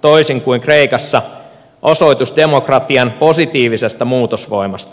toisin kuin kreikassa osoitus demokratian positiivisesta muutosvoimasta